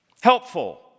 helpful